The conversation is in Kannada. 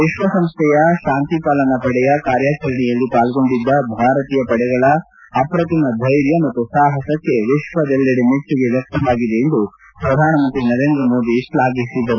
ವಿಶ್ವಸಂಸ್ಥೆಯ ಶಾಂತಿಪಾಲನಾ ಪಡೆಯ ಕಾರ್ಯಾಚರಣೆಯಲ್ಲಿ ಪಾಲ್ಗೊಂಡಿದ್ದ ಭಾರತೀಯ ಸಶಸ್ತ ಪಡೆಗಳ ಅಪ್ರತಿಮ ಧೈರ್ಯ ಮತ್ತು ಸಾಪಸಕ್ಕೆ ವಿಶ್ವದೆಲ್ಲೆಡೆ ಮೆಚ್ಚುಗೆ ವ್ಯಕ್ತವಾಗಿದೆ ಎಂದು ಪ್ರಧಾನಿ ನರೇಂದ್ರ ಮೋದಿ ಶ್ಲಾಫಿಸಿದರು